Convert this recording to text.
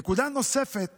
נקודה נוספת